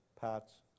parts